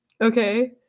Okay